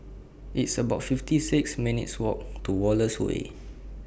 It's about fifty six minutes' Walk to Wallace Way